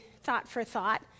thought-for-thought